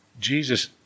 Jesus